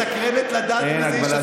מסתקרנת לדעת מי זה איש השמאל,